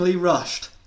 rushed